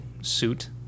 suit